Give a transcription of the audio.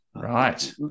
Right